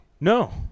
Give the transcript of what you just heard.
No